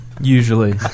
Usually